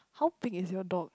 how big is your dog